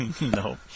No